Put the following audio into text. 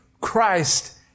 Christ